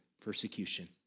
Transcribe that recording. persecution